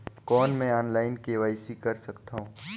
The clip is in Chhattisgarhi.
कौन मैं ऑनलाइन के.वाई.सी कर सकथव?